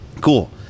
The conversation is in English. cool